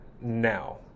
now